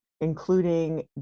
including